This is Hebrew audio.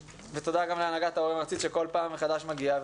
תודה גם להנהגת הורים ארצית שכל פעם מגיעה לכאן.